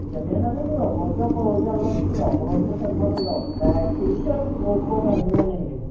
ఇవన్నీనండి మీరు ఒక్కొకటి ఒక్కో రోజు వెళ్ళాల్సిందే ఒకరోజు కూడా సరిపోదండి మ్యాక్స్ కుదిరితే రోజుకోకటి వెళ్ళడమేనండి